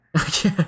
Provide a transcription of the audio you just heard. okay